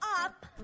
up